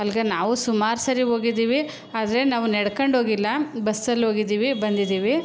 ಅಲ್ಲಿಗೆ ನಾವು ಸುಮಾರು ಸರಿ ಹೋಗಿದ್ದೀವಿ ಆದರೆ ನಾವು ನಡ್ಕೊಂಡೋಗಿಲ್ಲ ಬಸ್ಸಲ್ಲೋಗಿದ್ದೀವಿ ಬಂದಿದ್ದೀವಿ